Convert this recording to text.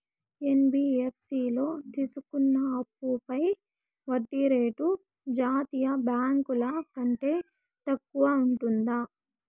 NBFC లో తీసుకున్న అప్పుపై వడ్డీ రేటు జాతీయ బ్యాంకు ల కంటే తక్కువ ఉంటుందా?